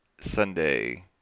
sunday